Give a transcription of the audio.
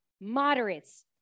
moderates